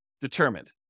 determined